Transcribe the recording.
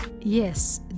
Yes